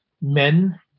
men